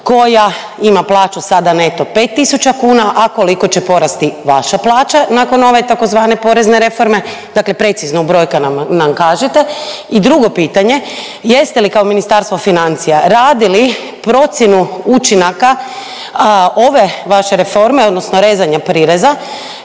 koja ima plaću sada neto 5000 kuna, a koliko će porasti vaša plaća nakon ove tzv. porezne reforme, dakle precizno u brojkama nam kažite. I drugo pitanje, jeste li kao Ministarstvo financija radili procjenu učinaka ove vaše reforme odnosno rezanje prireza